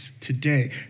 today